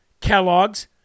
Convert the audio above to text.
Kellogg's